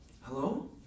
Hello